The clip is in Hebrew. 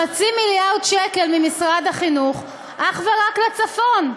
חצי מיליארד שקל ממשרד החינוך אך ורק לצפון.